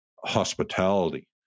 hospitality